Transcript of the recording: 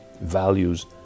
values